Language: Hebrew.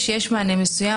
יש מענה מסוים.